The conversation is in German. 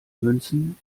münzen